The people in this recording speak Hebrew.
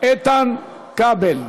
איתן כבל.